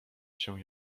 się